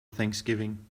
thanksgiving